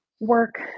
work